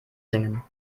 singen